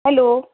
hello